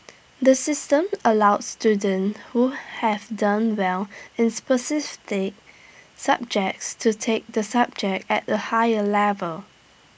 the system allows students who have done well in specific subjects to take the subject at A higher level